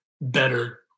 better